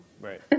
Right